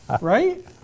Right